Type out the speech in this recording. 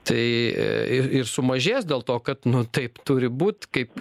tai ir ir sumažės dėl to kad nu taip turi būt kaip